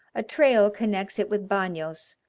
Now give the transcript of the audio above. a trail connects it with banos,